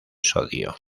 sodio